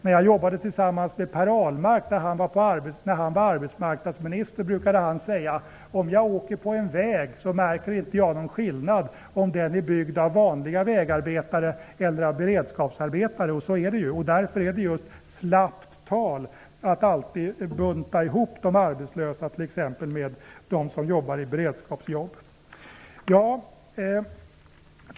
När jag jobbade tillsammans med Per Ahlmark när han var arbetsmarknadsminister brukade han säga: Om jag åker på en väg märker jag inte någon skillnad om den är byggd av vanliga vägarbetare eller av beredskapsarbetare. Så är det ju. Därför är det just slappt tal att alltid bunta ihop de arbetslösa med t.ex. de som har beredskapsjobb.